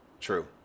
True